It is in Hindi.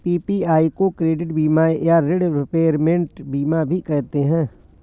पी.पी.आई को क्रेडिट बीमा या ॠण रिपेयरमेंट बीमा भी कहते हैं